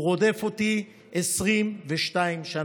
הוא רודף אותי 22 שנה,